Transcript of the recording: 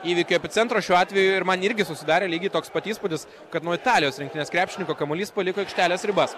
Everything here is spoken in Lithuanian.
įvykių epicentro šiuo atveju ir man irgi susidarė lygiai toks pat įspūdis kad nuo italijos rinktinės krepšininko kamuolys paliko aikštelės ribas